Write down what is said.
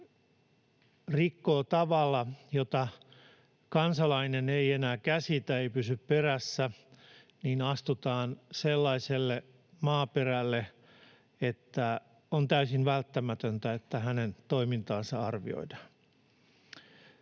rikkoo tavalla, jota kansalainen ei enää käsitä, ei pysy perässä, niin astutaan sellaiselle maaperälle, että on täysin välttämätöntä, että hänen toimintaansa arvioidaan.